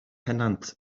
pennant